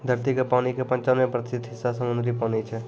धरती के पानी के पंचानवे प्रतिशत हिस्सा समुद्री पानी छै